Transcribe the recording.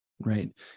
right